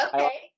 Okay